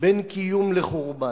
בין קיום וחורבן.